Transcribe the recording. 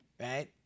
right